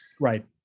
Right